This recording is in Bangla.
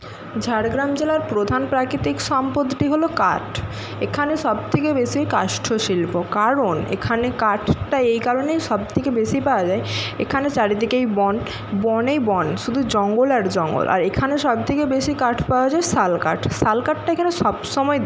ঝাড়গ্রাম জেলার প্রধান প্রাকৃতিক সম্পদটি হলো কাঠ এখানে সব থেকে বেশি কাষ্ঠ শিল্প কারণ এখানে কাঠটা এই কারণেই সবথেকে বেশি পাওয়া যায় এখানে চারিদিকেই বন বনই বন শুধু জঙ্গল আর জঙ্গল আর এখানে সব থেকে বেশি কাঠ পাওয়া যায় শাল কাঠ শাল কাঠটা এখানে সবসময়েই